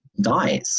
dies